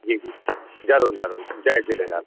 जी जी ज़रूर ज़रूर जय झूलेलाल